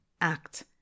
act